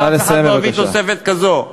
ואף אחד לא הביא תוספת כזאת.